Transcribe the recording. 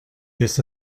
this